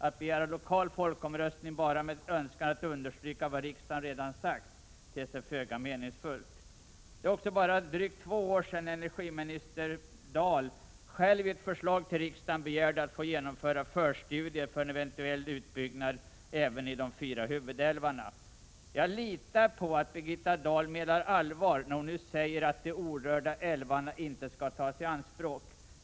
Att begära lokal folkomröstning bara med önskan att understryka vad riksdagen redan sagt ter sig föga meningsfullt. Det är också bara drygt två år sedan som energiminister Birgitta Dahl själv i ett förslag till riksdagen begärde att få genomföra förstudier för eventuell utbyggnad även i de fyra huvudälvarna. Jag litar på att Birgitta Dahl menar allvar när hon nu säger att de ”orörda älvarna inte skall tas i anspråk”.